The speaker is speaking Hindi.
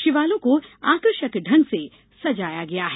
शिवालयों को आकर्षक ढंग से सजाया गया है